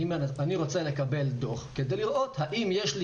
אני רוצה לקבל דוח כדי לראות האם יש לי